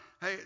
hey